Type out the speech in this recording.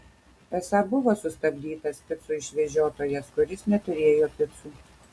esą buvo sustabdytas picų išvežiotojas kuris neturėjo picų